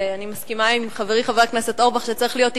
אני מסכימה עם חברי חבר הכנסת אורבך שצריך להיות עקביים.